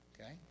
Okay